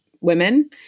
women